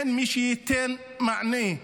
אין מי שייתן מענה.